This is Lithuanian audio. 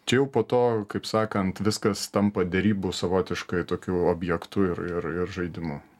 čia jau po to kaip sakant viskas tampa derybų savotiškai tokiu objektu ir ir ir žaidimu